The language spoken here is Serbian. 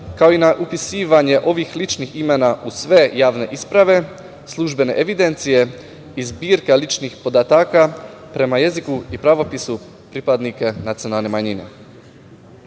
kao i na upisivanje ovih ličnih imena u sve javne isprave, službene evidencije i zbirka ličnih podataka prema jeziku i pravopisu pripadnika nacionalne